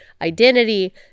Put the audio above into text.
identity